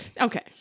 Okay